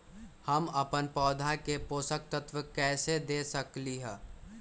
हम अपन पौधा के पोषक तत्व कैसे दे सकली ह?